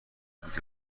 بود